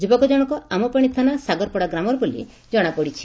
ଯୁବକ ଜଣକ ଆମପାଣି ଥାନା ସାଗରପଡ଼ା ଗ୍ରାମର ବୋଲି ଜଣାପଡ଼ିଛି